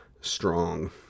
strong